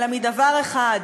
אלא מדבר אחד,